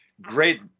great